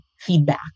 feedback